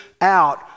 out